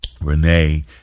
Renee